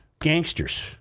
Gangsters